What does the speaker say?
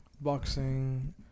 Boxing